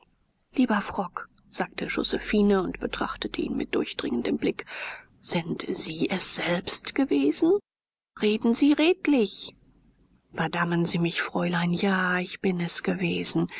lieber frock sagte josephine und betrachtete ihn mit durchdringendem blick sind sie es selbst gewesen reden sie redlich verdammen sie mich fräulein ja ich bin es gewesen